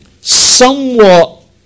somewhat